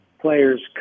players